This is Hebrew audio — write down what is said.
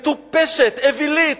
מטופשת, אווילית.